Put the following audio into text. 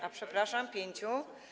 A, przepraszam, pięciu.